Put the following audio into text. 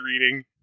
reading